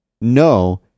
No